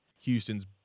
Houston's